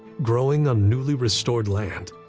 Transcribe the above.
growing on newly restored land.